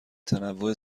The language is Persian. تنوع